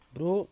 Bro